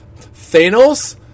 Thanos